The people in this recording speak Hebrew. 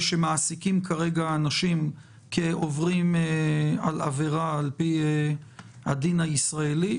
שמעסיקים עוברים עבירה על פי הדין הישראלי.